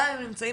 גם אם הם נמצאים